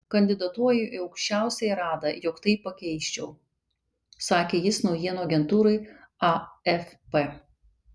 kandidatuoju į aukščiausiąją radą jog tai pakeisčiau sakė jis naujienų agentūrai afp